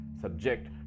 subject